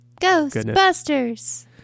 Ghostbusters